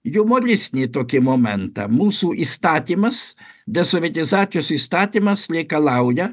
jumoristinį tokį momentą mūsų įstatymas desovietizacijos įstatymas reikalauja